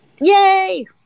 Yay